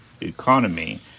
economy